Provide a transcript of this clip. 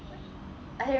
I remember